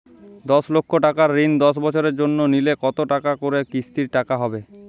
দশ লক্ষ টাকার ঋণ দশ বছরের জন্য নিলে কতো টাকা করে কিস্তির টাকা হবে?